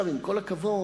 עם כל הכבוד,